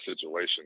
situation